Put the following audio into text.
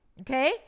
Okay